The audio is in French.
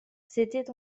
s’étaient